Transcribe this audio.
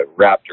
Raptor